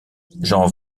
jean